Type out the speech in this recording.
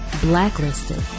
Blacklisted